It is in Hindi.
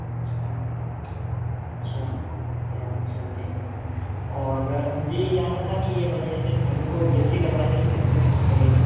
अच्छा अच्छा क्या वहाँ चलते हैं अपन और मुझे ये जानना था कि अपने जैसे अपन को जिप्सी करवाएँगे तो कितने तक की पड़ेगी